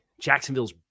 Jacksonville's